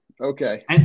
Okay